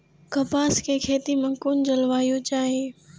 कपास के खेती में कुन जलवायु चाही?